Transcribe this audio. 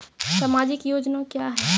समाजिक योजना क्या हैं?